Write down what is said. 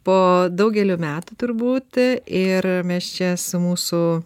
po daugelio metų turbūt ir mes čia su mūsų